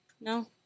No